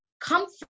comfort